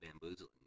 bamboozling